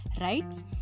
right